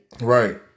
Right